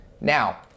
Now